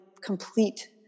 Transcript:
complete